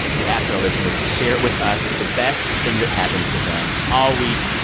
we ask our listeners to share with us the best thing that happened to them all week.